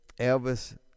Elvis